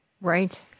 Right